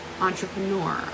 entrepreneur